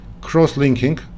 cross-linking